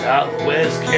Southwest